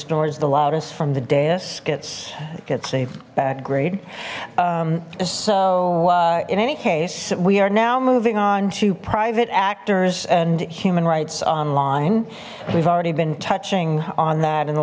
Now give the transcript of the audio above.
snores the loudest from the dais gets it gets a bad grade so in any case we are now moving on to private actors and human rights online we've already been touching on that in the